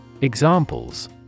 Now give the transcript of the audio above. Examples